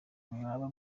mwaba